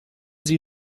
sie